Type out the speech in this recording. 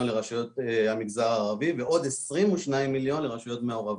לרשויות המגזר הערבי ועוד 22 מיליון לרשויות מעורבות.